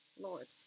Lord